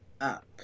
up